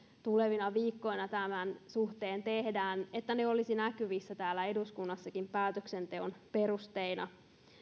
tulevina viikkoina tämän suhteen tehdään olisivat näkyvissä täällä eduskunnassakin päätöksenteon perusteina